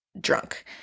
drunk